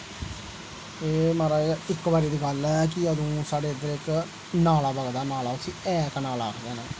हां जी महाराज इक बारी दी गल्ल ऐ कि अदूं साढ़ै इद्धर इक नाला बगदा नाला उसी ऐक नाला आखदे न